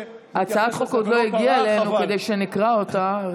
הצעת החוק עוד לא הגיעה אלינו כדי שנקרא אותה.